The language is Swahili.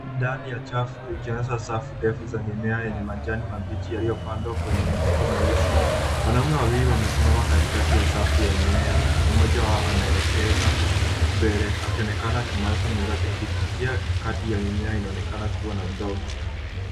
Ndani ya chafu zikiwa safu ndefu za mimea yenye majani mabichi yaliyopandwa kwenye mifuko meusi. Wanaume wawili wamesimama katikati ya safu za mimea, na mmoja anaelekeza mbele akiaonekana akimuuliza mwenzake kitu wakiwa kati ya mimea inayoonekana kukua madogo.